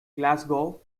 glasgow